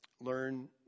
learn